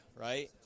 right